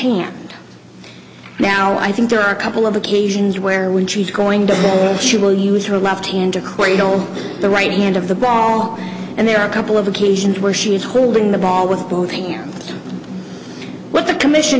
hand now i think there are a couple of occasions where when she's going to hit she will use her left hand to claim to hold the right hand of the ball and there are a couple of occasions where she is holding the ball with both hands what the commission